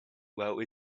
while